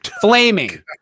Flaming